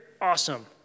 awesome